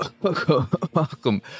Welcome